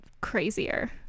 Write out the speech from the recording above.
crazier